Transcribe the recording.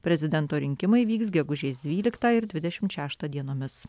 prezidento rinkimai vyks gegužės dvyliktą ir dvidešim šeštą dienomis